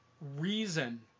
reason